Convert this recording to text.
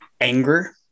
anger